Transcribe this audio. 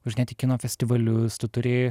važinėt į kino festivalius tu turi